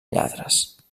lladres